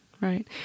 right